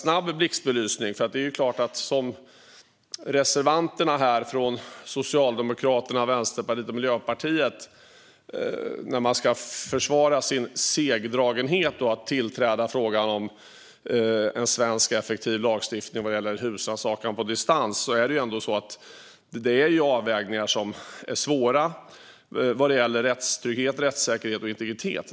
Sveriges tillträde till Europarådets konven-tion om it-relaterad brottslighet När reservanterna från Socialdemokraterna, Vänsterpartiet och Miljöpartiet ska försvara sin segdragenhet med att tillträda frågan om en svensk effektiv lagstiftning när det gäller husrannsakan på distans talar de om avvägningar som är svåra vad gäller rättstrygghet, rättssäkerhet och integritet.